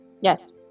yes